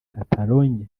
catalogne